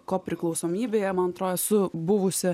kopriklausomybėje man atro esu buvusi